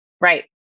right